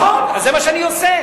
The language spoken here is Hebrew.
אז זה מה שאני עושה.